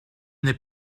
n’ai